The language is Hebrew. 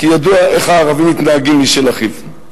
כי ידוע איך הערבים מתנהגים איש אל אחיו.